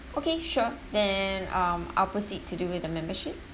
okay sure then um I'll proceed to do with the membership